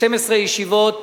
12 ישיבות